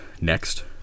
next